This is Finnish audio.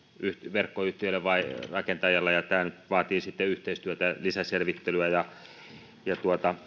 verkkoyhtiölle vai rakentajalle tämä nyt vaatii sitten yhteistyötä ja lisäselvittelyä ja